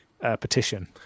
petition